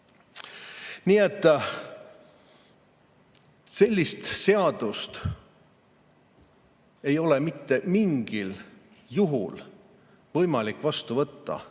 Nii et sellist seadust ei ole mitte mingil juhul võimalik vastu võtta.